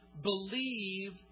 Believe